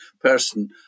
person